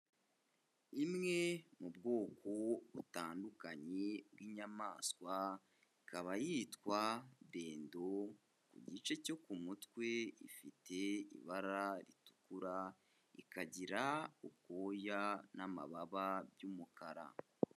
Imwe mu bwoko butandukanye bw'inyamaswa ikaba yitwa dedo, ku gice cyo ku mutwe ifite ibara ritukura ikagira ubwoya n'amababa by'umukara.